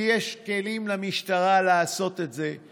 כי יש כלים למשטרה לעשות את זה.